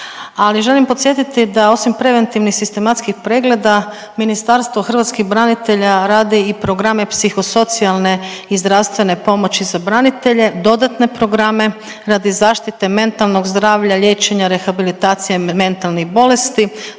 ali želim podsjetiti da osim preventivnih sistematskih pregleda, Ministarstvo hrvatskih branitelja rade i programe psihosocijalne i zdravstvene pomoći za branitelje, dodatne programe radi zaštite mentalnog zdravlja, liječenja, rehabilitacije mentalnih bolesti,